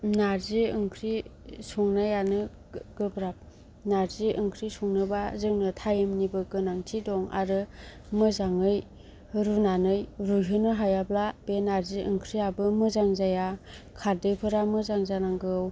नारजि ओंख्रि संनायानो गो गोब्राब नारजि ओंख्रि संनोबा जोङो टाइमनिबो गोनांथि दं आरो मोजाङै रुनानै रुइहोनो हायाब्ला बे नारजि ओंख्रियाबो मोजां जाया खारदैफोरा मोजां जानांगौ